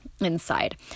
inside